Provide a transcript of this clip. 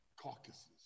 caucuses